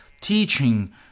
teaching